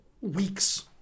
weeks